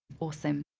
awesome.